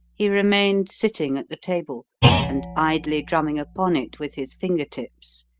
he remained sitting at the table and idly drumming upon it with his finger tips,